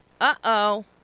Uh-oh